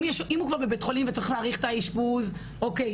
אם הוא כבר בבית-חולים, וצריך אישפוז, אוקיי.